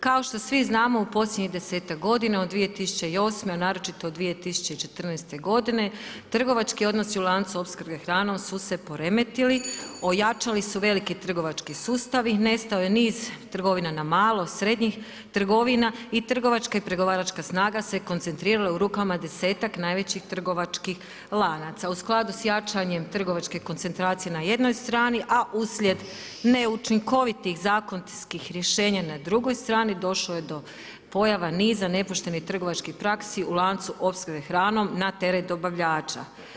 Kao što svi znamo u posljednjih 10-ak godina od 2008. a naročito od 2014. godine trgovački odnosi u lancu opskrbe hranom su se poremetili, ojačali su veliki trgovački sustavi, nestao je niz trgovina na malo, srednjih trgovina i trgovačka i pregovaračka snaga se koncentrirala u rukama 10-ak najvećih trgovačkih lanaca u skladu sa jačanjem trgovačke koncentracije na jednoj strani a uslijed neučinkovitih zakonskih rješenja n drugoj strani došlo je do pojava niza nepoštenih trgovačkih praksi u lancu opskrbe hranom na teret dobavljača.